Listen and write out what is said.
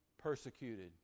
persecuted